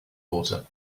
water